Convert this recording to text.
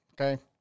Okay